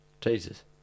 Jesus